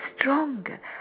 stronger